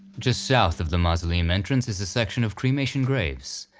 just south of the mausoleum entrance is a section of cremation graves,